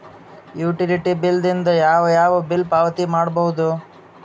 Utility bill ದಿಂದ ಯಾವ ಯಾವ ಬಿಲ್ ಪಾವತಿ ಮಾಡಬಹುದು?